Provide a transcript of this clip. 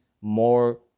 more